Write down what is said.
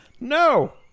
No